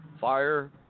fire